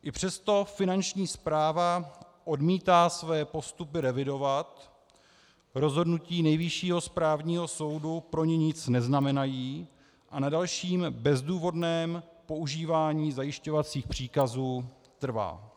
I přesto Finanční správa odmítá své postupy revidovat, rozhodnutí Nejvyššího správního soudu pro ni nic neznamenají a na dalším bezdůvodném používání zajišťovacích příkazů trvá.